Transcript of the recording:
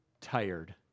tired